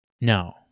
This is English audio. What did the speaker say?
no